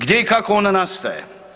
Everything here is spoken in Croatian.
Gdje i kako ona nastaje?